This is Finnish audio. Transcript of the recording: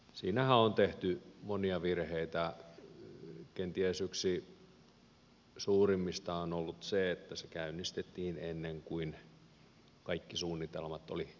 siinähän on tehty monia virheitä kenties yksi suurimmista on ollut se että se käynnistettiin ennen kuin kaikki suunnitelmat olivat valmiina